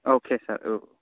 अके सार औ